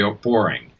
boring